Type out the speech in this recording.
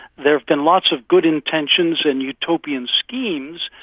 there have been lots of good intentions and utopian schemes,